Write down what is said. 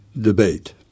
Debate